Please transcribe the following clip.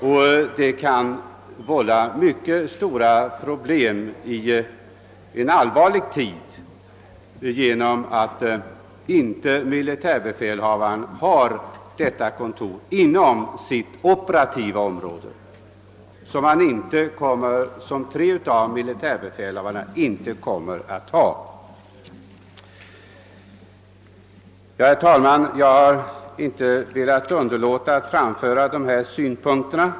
Problemen kan bli särskilt stora i en allvarlig tid genom att tre militärbefälhavare inte förfogar över något värnpliktskontor inom sitt operationsområde. Herr talman! Jag har inte kunnat underlåta att framföra dessa synpunkter.